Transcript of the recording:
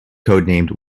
codenamed